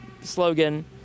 slogan